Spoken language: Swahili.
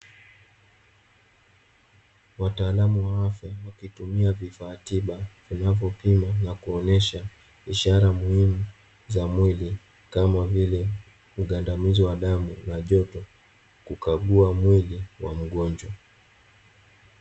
Wataalamu wa afya wakitumia vifaa tiba vinavyopima na kuonyesha ishara muhimu za mwili kama vile mgandamizo wa damu na joto, kukagua mwili wa mgonjwa.